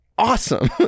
awesome